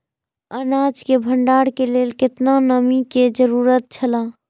अनाज के भण्डार के लेल केतना नमि के जरूरत छला?